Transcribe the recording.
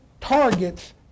targets